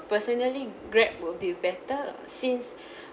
personally Grab will be better since